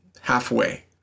halfway